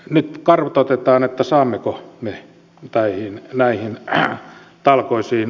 nyt kartoitetaan saammeko me näihin talkoisiin muita mukaan